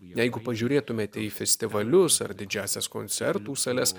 jeigu pažiūrėtumėte į festivalius ar didžiąsias koncertų sales